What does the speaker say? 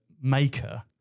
maker